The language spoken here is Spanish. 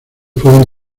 pueden